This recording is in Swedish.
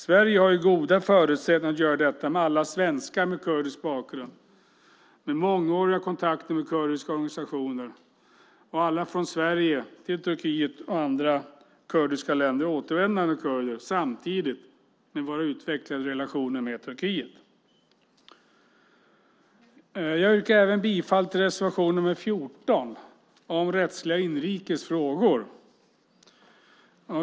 Sverige har goda förutsättningar att göra detta med alla svenskar med kurdisk bakgrund med mångåriga kontakter med kurdiska organisationer och alla från Sverige till Turkiet och andra kurdiska länder återvändande kurder samtidigt med våra utvecklade relationer med Turkiet. Jag yrkar även bifall till reservation nr 14 om rättsliga och inrikes frågor.